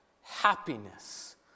happiness